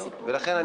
לכן,